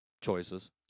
choices